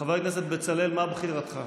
חבר הכנסת בצלאל, מה בחירתך?